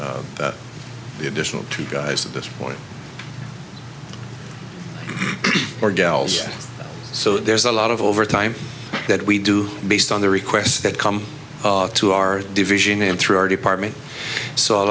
need the additional two guys at this point or gals so there's a lot of overtime that we do based on the requests that come to our division and through our department s